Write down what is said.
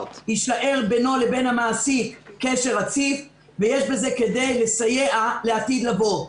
יישאר בינו לבין המעסיק קשר רציף ויש בזה כדי לסייע לעתיד לבוא.